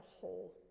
whole